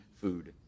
food